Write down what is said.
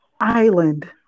island